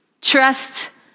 Trust